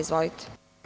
Izvolite.